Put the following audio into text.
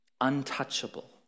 untouchable